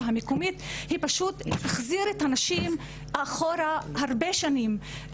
המקומית היא פשוט תחזיר את הנשים אחורה הרבה שנים.